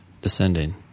descending